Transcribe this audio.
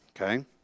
okay